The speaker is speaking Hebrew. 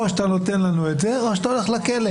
או שאתה נותן לנו את זה או שאתה הולך לכלא.